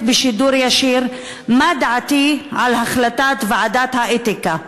בשידור ישיר מה דעתי על החלטת ועדת האתיקה,